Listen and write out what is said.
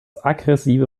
aggressive